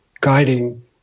guiding